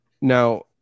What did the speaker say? Now